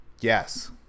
Yes